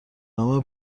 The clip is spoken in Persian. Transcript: نام